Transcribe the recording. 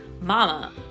Mama